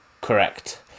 correct